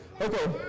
Okay